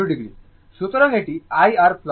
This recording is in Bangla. সুতরাং এটি IR j 0 1 j 0